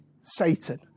Satan